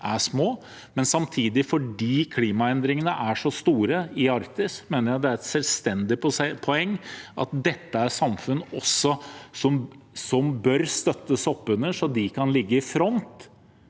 er små – men samtidig mener jeg at fordi klimaendringene er så store i Arktis, er det et selvstendig poeng at dette er samfunn som bør støttes opp under så de kan ligge i front